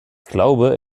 glaube